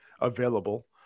available